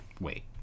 wait